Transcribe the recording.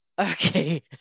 Okay